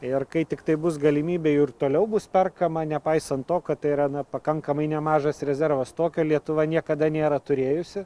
ir kai tiktai bus galimybė jų ir toliau bus perkama nepaisant to kad tai yra na pakankamai nemažas rezervas tokio lietuva niekada nėra turėjusi